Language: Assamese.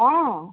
অঁ